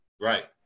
Right